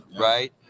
Right